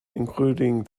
including